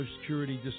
security